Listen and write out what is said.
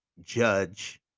judge